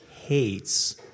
hates